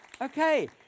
Okay